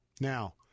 Now